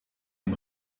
dem